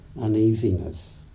uneasiness